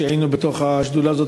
כשהיינו בשדולה הזאת,